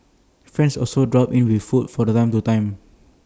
friends also drop in with food from time to time